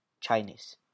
Chinese